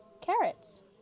carrots